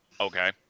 Okay